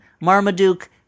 Marmaduke